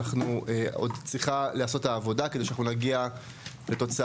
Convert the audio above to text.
עוד צריכה להיעשות העבודה כדי שאנחנו נגיע לתוצאה